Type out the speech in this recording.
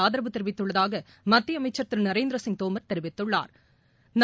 ஆதரவு தெரிவித்துள்ளதாக மத்திய அமைச்சா் திரு நரேந்திர சிங் தோமா் தெரிவித்துள்ளாா்